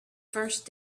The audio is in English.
first